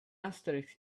asterisk